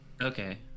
Okay